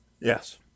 Yes